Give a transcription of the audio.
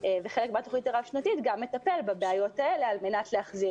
וחלק מהתכנית הרב שנתית זה גם לטפל בבעיות האלה על מנת להחזיר